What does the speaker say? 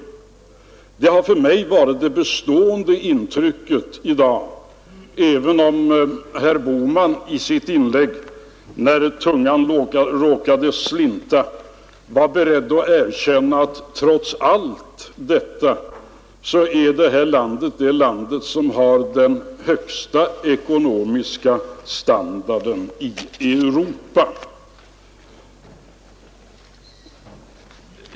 Detta har för mig varit det bestående intrycket i dag, även om herr Bohman i sitt inlägg, när tungan råkade slinta, var beredd att erkänna att trots allt detta är det här landet det land som har den högsta ekonomiska standarden i Europa.